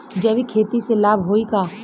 जैविक खेती से लाभ होई का?